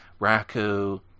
Raku